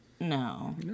No